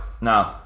No